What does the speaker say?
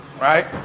right